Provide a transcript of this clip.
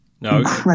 No